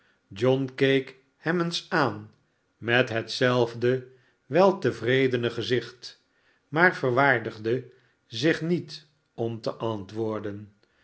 john keek hem eens aan met hetzelfde weltevredene gezicht maar verwaardigde zich niet om te antwoorden